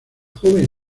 joven